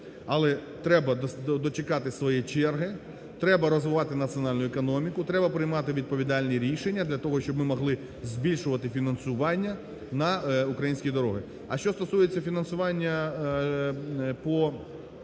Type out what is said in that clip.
Але треба дочекатися своєї черги, треба розвивати національну економіку, треба приймати відповідальні рішення для того, щоб ми могли збільшувати фінансування на українські дороги. А що стосується фінансування по